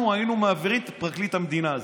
היינו מעבירים את פרקליט המדינה הזה.